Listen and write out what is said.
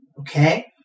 Okay